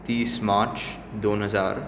तीस मार्च दोन हजार